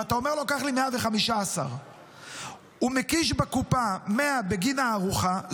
ואתה אומר לו: קח לי 115. הוא מקיש בקופה 100 בגין הארוחה,